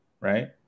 right